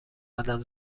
قدم